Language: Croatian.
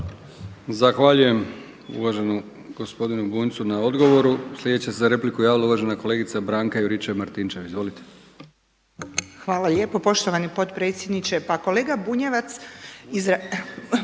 Zahvaljujem uvaženom gospodinu Bunjcu na odgovoru. Sljedeća se za repliku javila uvažena kolegica Branka Juričev-Martinčev. Izvolite.